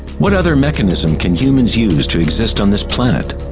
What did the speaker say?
what other mechanism can humans use to exist on this planet?